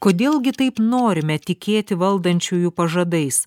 kodėl gi taip norime tikėti valdančiųjų pažadais